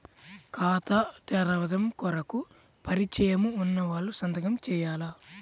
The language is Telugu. ఖాతా తెరవడం కొరకు పరిచయము వున్నవాళ్లు సంతకము చేయాలా?